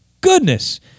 goodness